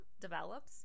develops